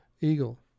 eagle